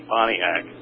Pontiac